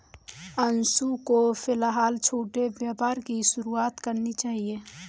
अंशु को फिलहाल छोटे व्यापार की शुरुआत करनी चाहिए